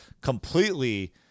completely—